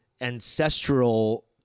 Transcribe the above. ancestral